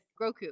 Groku